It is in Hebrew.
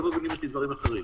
לא מובילים אותי דברים אחרים.